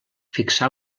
fixà